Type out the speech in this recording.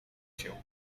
się